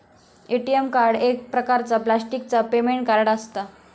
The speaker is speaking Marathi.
ए.टी.एम कार्ड एक प्रकारचा प्लॅस्टिकचा पेमेंट कार्ड असता